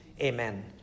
amen